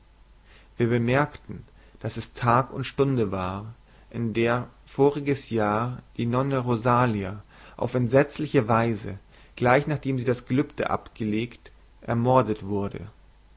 wir bemerkten daß es tag und stunde war in der voriges jahr die nonne rosalia auf entsetzliche weise gleich nachdem sie das gelübde abgelegt ermordet wurde